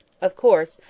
of course,